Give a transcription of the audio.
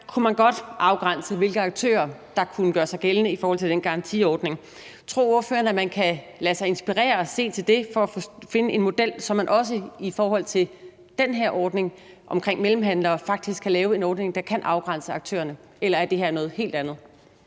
kunne man godt afgrænse, hvilke aktører der kunne gøre sig gældende i forhold til den garantiordning. Tror ordføreren, at man kan lade sig inspirere af og se til det for at finde en model, så man også i forhold til den her ordning omkring mellemhandlere faktisk kan lave en ordning, der kan afgrænse aktørerne, eller er det her noget helt andet?